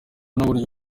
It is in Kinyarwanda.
n’uburyo